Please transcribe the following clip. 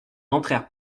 entrèrent